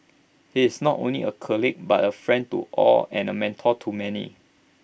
he is not only A colleague but A friend to all and A mentor to many